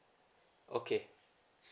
okay